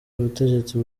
ubutegetsi